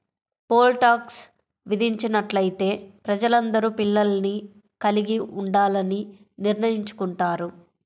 pole tax విధించినట్లయితే ప్రజలందరూ పిల్లల్ని కలిగి ఉండాలని నిర్ణయించుకుంటారు